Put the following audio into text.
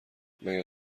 مگه